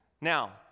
Now